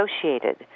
associated